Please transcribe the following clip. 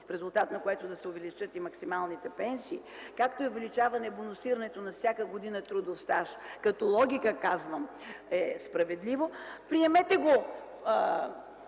в резултат на което да се увеличат и максималните пенсии, както и увеличаване бонификацията за всяка година трудов стаж – като логика, казвам, е справедливо, приемете го